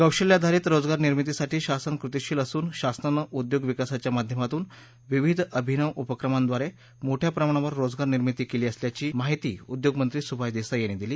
कौशल्याधारीत रोजगार निर्मितीसाठी शासन कृतिशील असून शासनानं उद्योग विकासाच्या माध्यमातून विविध अभिनव उपक्रमांद्वारे मोठ्या प्रमाणावर रोजगार निर्मिती केली असल्याची माहिती उद्योग मंत्री सुभाष देसाई यांनी दिली